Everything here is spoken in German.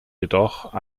jedoch